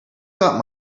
got